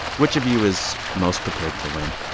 which of you is most prepared to win?